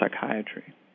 psychiatry